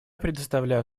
предоставляю